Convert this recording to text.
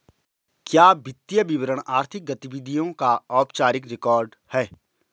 क्या वित्तीय विवरण आर्थिक गतिविधियों का औपचारिक रिकॉर्ड है?